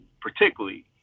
particularly